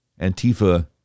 Antifa